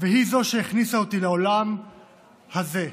והיא זו שהכניסה אותי לעולם הזה,